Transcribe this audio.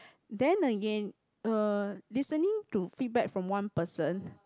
then again uh listening to feedback from one person